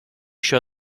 show